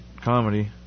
comedy